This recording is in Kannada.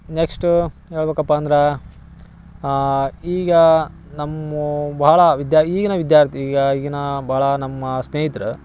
ನೆಕ್ಸ್ಟ್ ಹೇಳ್ಬಕಪ್ಪ ಅಂದ್ರ ಈಗ ನಮ್ಮ ಬಹಳ ವಿದ್ಯ ಈಗಿನ ವಿದ್ಯಾರ್ಥಿಗಾಗಿ ನಾ ಬಹಳ ನಮ್ಮ ಸ್ನೇಹಿತ್ರ